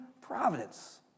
providence